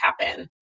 happen